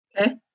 Okay